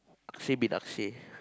Akshay-Bin-Akshay